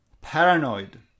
paranoid